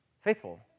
faithful